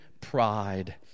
pride